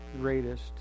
greatest